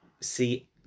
see